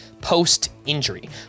post-injury